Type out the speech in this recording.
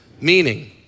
meaning